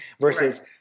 versus